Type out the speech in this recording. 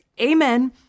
amen